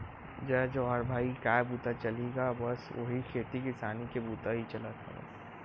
जय जोहार भाई काय बूता चलही गा बस उही खेती किसानी के बुता ही चलत हवय